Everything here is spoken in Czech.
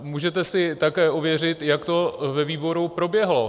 Můžete si také ověřit, jak to ve výboru proběhlo.